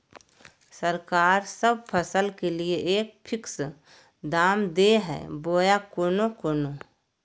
सरकार सब फसल के लिए एक फिक्स दाम दे है बोया कोनो कोनो?